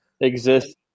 exist